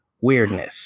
weirdness